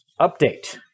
update